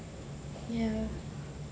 ya